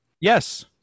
yes